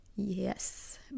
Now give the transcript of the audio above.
Yes